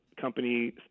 company